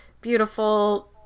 beautiful